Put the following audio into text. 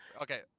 Okay